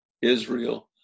Israel